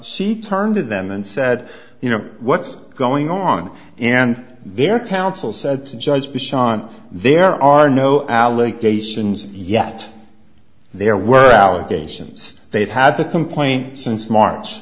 she turned to them and said you know what's going on and their counsel said to judge bush on there are no allegations yet there were allegations they've had the complaint since march